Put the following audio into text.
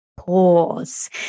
pause